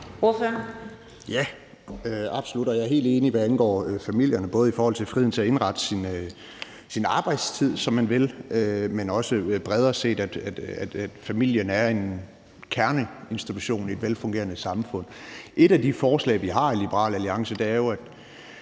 Ja, absolut, og jeg er helt enig, hvad angår familierne, både i forhold til friheden til at indrette sin arbejdstid, som man vil, men også bredere set, i forhold til at familien er en kerneinstitution i et velfungerende samfund. Et af de forslag, vi har i Liberal Alliance, er jo, at